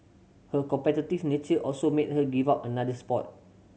her competitive nature also made her give up another sport